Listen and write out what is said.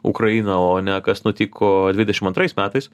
ukraina o ne kas nutiko dvidešim antrais metais